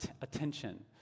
attention